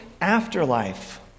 afterlife